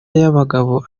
y’abagabo